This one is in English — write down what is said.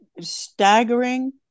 staggering